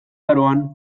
aroan